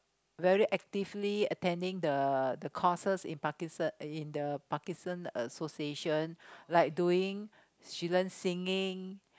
very actively attending the the courses in Parkinson's in the Parkinson's association like doing she learns singing